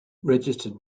registered